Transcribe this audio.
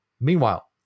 Meanwhile